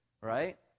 right